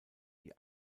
die